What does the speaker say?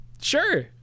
sure